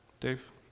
Dave